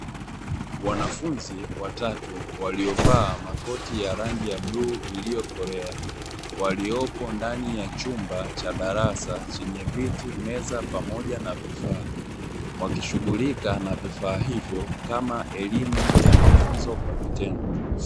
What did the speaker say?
Wanafunzi watatu waliovaa makoti ya rangi ya bluu iliyokolea, waliopo ndani ya chumba cha darasa chenye viti, meza pamoja na vifaa. Wakishughulika na vifaa hivo kama elimu ya mafunzo kwa vitendo.